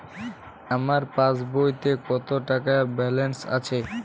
আমার পাসবইতে কত টাকা ব্যালান্স আছে?